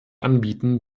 anbieten